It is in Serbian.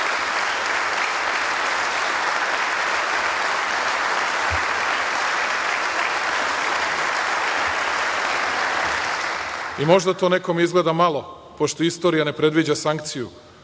to nekome izgleda malo, pošto istorija ne predviđa sankciju,